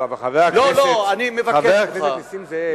לא, לא, אני מבקש ממך.